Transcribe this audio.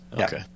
Okay